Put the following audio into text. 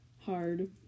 hard